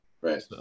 Right